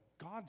God